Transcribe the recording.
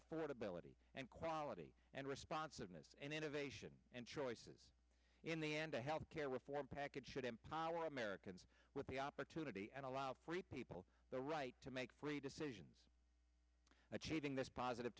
affordability and quality and responsiveness and innovation and choices in the end to health care reform package should empower americans with the opportunity and allow free people the right to make free decisions achieving this positive